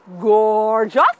gorgeous